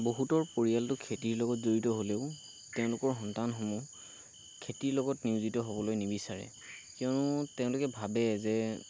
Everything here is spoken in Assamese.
বহুতৰ পৰিয়ালটো খেতিৰ লগত জড়িত হ'লেও তেওঁলোকৰ সন্তান সমূহ খেতিৰ লগত নিয়োজিত হ'বলৈ নিবিচাৰে কিয়নো তেওঁলোকে ভাবে যে